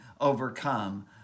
overcome